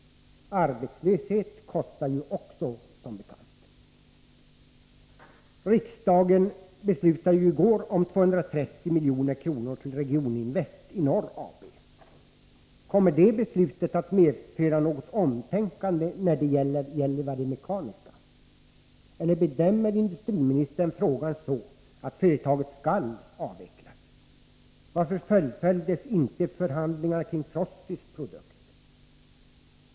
Arbetslöshet kostar som bekant också. Riksdagen beslöt i går att anslå 230 milj.kr. till Regioninvest i Norr AB. Kommer det beslutet att medföra ett omtänkande när det gäller Gällivare Mekaniska? Eller bedömer industriministern frågan så att företaget skall avvecklas? Varför fullföljdes inte förhandlingarna kring Frostys produkt?